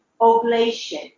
oblation